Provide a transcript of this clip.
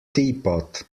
teapot